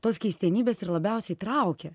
tos keistenybės ir labiausiai traukė